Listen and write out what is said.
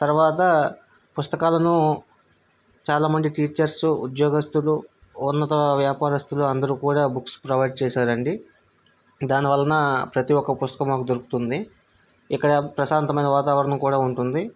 తర్వాత పుస్తకాలను చాలామంది టీచర్స్ ఉద్యోగస్తులు ఉన్నత వ్యాపారస్తులు అందరు కూడా బుక్స్ ప్రొవైడ్ చేశారండి దాని వలన ప్రతి ఒక్క పుస్తకం మాకు దొరుకుతుంది ఇక్కడ ప్రశాంతమైన వాతావరణం కూడా ఉంటుంది